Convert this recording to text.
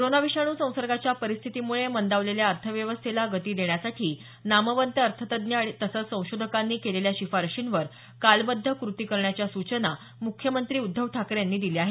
corona विषाणू संसर्गाच्या परिस्थितीमुळे मंदावलेल्या अर्थव्यवस्थेला गती देण्यासाठी नामवंत अर्थतज्ञ तसंच संशोधकांनी केलेल्या शिफारशींवर कालबद्ध कृती करण्याच्या सूचना मुख्यमंत्री उद्धव ठाकरे यांनी दिल्या आहेत